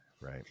right